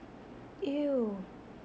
!eww!